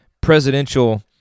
presidential